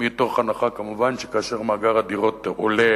מתוך הנחה, כמובן, שכאשר מאגר הדירות עולה